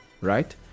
right